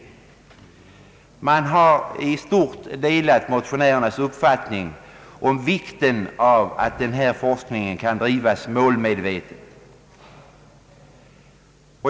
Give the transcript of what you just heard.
Utskottet har i stort delat motionärernas uppfattning om vikten av att denna forskning kan bedrivas målmedvetet.